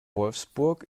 wolfsburg